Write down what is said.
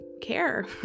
care